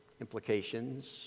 implications